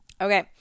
Okay